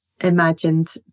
imagined